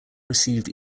received